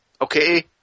okay